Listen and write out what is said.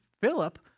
Philip